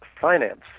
finance